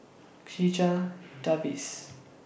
Checha Davies